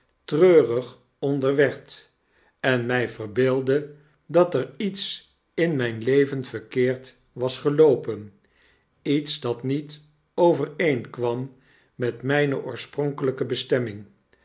treurig onder werd en my verbeeldde dat er iets in myn leven verkeerd was gelpopen iets dat niet ovfcreenkwam met mijne oorspronkeljjke bestemming